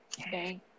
Okay